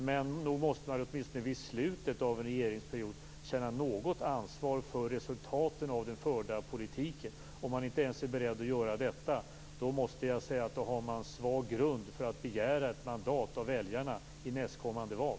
Men nog måste man åtminstone vid slutet av en regeringsperiod känna något ansvar för resultatet av den förda politiken. Om han inte ens är beredd att göra detta har han en svag grund för att begära ett mandat av väljarna i nästkommande val.